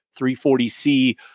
340C